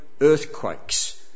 earthquakes